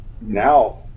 now